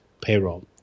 payroll